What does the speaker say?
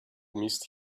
missed